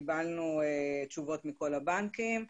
קיבלנו תשובות מכל הבנקים,